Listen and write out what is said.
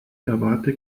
erwarte